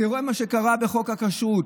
תראו מה שקרה בחוק הכשרות,